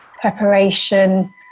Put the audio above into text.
preparation